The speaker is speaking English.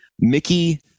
Mickey